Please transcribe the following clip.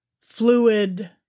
Fluid